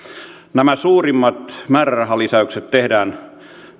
suurimmat määrärahalisäykset tehdään